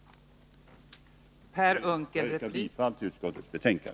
Jag yrkar bifall till utskottets hemställan.